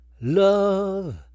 love